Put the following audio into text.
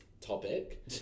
topic